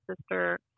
sister